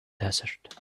desert